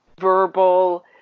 verbal